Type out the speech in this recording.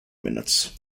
minutes